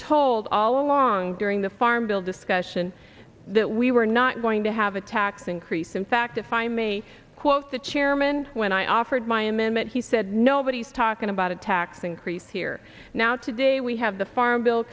told all along during the farm bill discussion that we were not going to have a tax increase in fact if i may quote the chairman when i offered my amendment he said nobody's talking about a tax increase here now today we have the farm bill